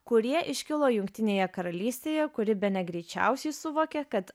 kurie iškilo jungtinėje karalystėje kuri bene greičiausiai suvokė kad